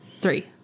Three